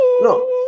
No